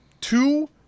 two